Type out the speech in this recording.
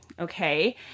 okay